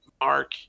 Mark